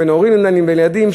בין הורים למנהלים ולילדים,